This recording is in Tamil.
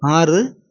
ஆறு